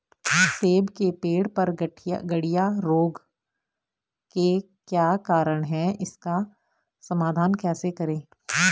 सेब के पेड़ पर गढ़िया रोग के क्या कारण हैं इसका समाधान कैसे करें?